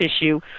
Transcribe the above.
issue